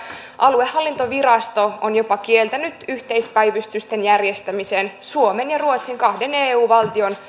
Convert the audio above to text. aluehallintovirasto on jopa kieltänyt yhteispäivystysten järjestämisen suomen ja ruotsin kahden eu valtion